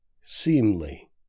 seemly